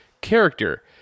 character